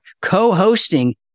co-hosting